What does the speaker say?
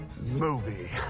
movie